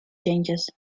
changes